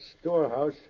storehouse